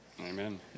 Amen